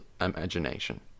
imagination